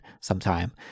sometime